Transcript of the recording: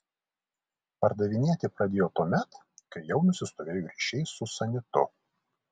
pardavinėti pradėjo tuomet kai jau nusistovėjo ryšiai su sanitu